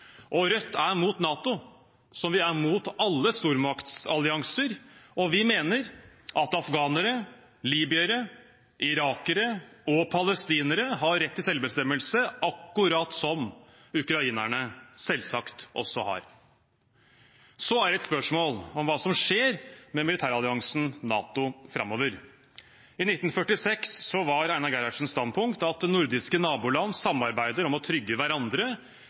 Rødt er mot NATO, som vi er mot alle stormaktsallianser, og vi mener at afghanere, libyere, irakere og palestinere har rett til selvbestemmelse, akkurat som ukrainerne selvsagt også har. Så er det et spørsmål om hva som skjer med militæralliansen NATO framover. I 1946 var Einar Gerhardsens standpunkt at nordiske naboland samarbeider om å trygge hverandre.